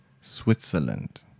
Switzerland